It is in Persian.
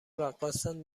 رقاصن